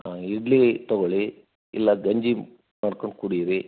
ಹಾಂ ಇಡ್ಲಿ ತಗೊಳ್ಳಿ ಇಲ್ಲ ಗಂಜಿ ಮಾಡ್ಕೊಂಡು ಕುಡಿಯಿರಿ